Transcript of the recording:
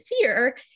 fear